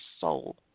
soul